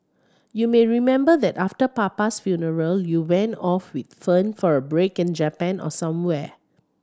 you may remember that after papa's funeral you went off with Fern for a break in Japan or somewhere